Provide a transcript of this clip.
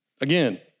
Again